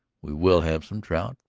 we will have some trout,